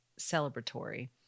celebratory